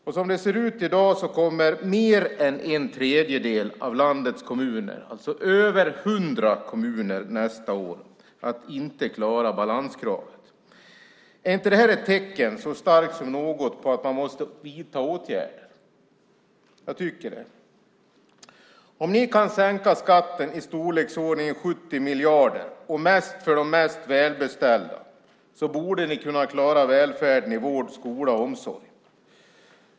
Och som det ser ut i dag kommer mer än en tredjedel av landets kommuner, alltså över 100 kommuner, inte att klara balanskravet nästa år. Är det inte ett tecken starkt som något på att man måste vidta åtgärder? Jag tycker det. Om ni i alliansen kan sänka skatten i storleksordningen 70 miljarder - och mest för de mest välbeställda - borde ni också kunna klara välfärden i vård, skola och omsorg.